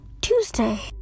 Tuesday